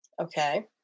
Okay